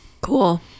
Cool